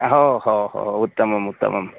अहो हो हो उत्तमम् उत्तमं